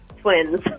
twins